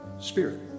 Spirit